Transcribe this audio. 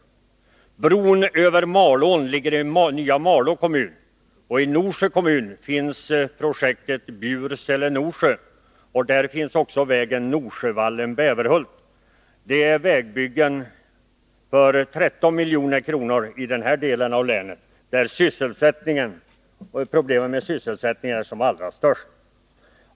Bron över Maliån ligger i nya Malå kommun. I Norsjö kommun finns projektet Bjursele-Norsjö, och där finns också vägen Norsjövallen-Bäverhult. Det är vägbyggen för 13 milj.kr. i den del av länet där sysselsättningsproblemen är som allra störst.